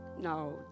no